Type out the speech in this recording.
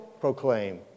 proclaim